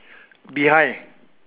behind